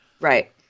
Right